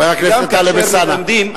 חבר הכנסת טלב אלסאנע,